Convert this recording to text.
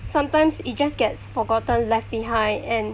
sometimes it just gets forgotten left behind and